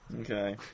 Okay